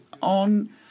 on